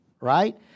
right